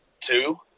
Two